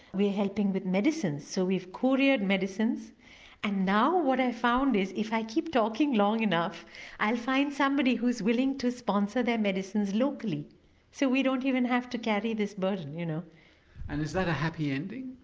we are helping with medicines. so we've couriered medicines and now what i found is if i keep talking long enough i'll find somebody who's willing to sponsor their medicines locally so we don't even have to carry this burden. you know and is that a happy ending?